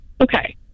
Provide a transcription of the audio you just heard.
Okay